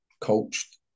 coached